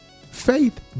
Faith